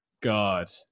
God